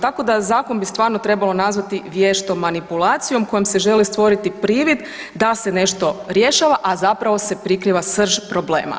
Tako da zakon bi stvarno trebalo nazvati vještom manipulacijom kojom se želi stvoriti privid da se nešto rješava, a zapravo se prikriva srž problema.